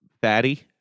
batty